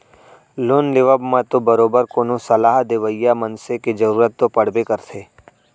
loan लेवब म तो बरोबर कोनो सलाह देवइया मनसे के जरुरत तो पड़बे करथे